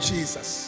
Jesus